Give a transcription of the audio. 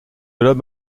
l’homme